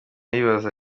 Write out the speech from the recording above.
yibaza